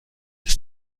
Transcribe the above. ist